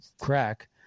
crack